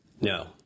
No